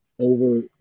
over